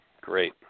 Great